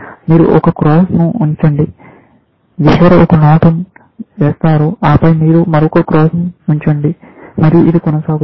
మీరు ఒక క్రాస్ను ఉంచండి ఎవరో ఒక నాట్ వేస్తారు ఆపై మీరు మరొక క్రాస్ను ఉంచండి మరియు ఇది కొనసాగుతుంది